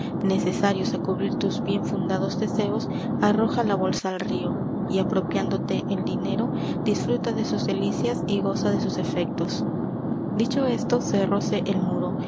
necesarios á cubrir tus bien fundados deseos arroja la bolsa al río y apropiándote el dinero disfruta de sus delicias y goza de sus efectos dicho esto cerróse el m